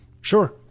Sure